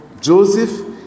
Joseph